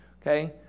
Okay